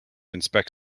inspect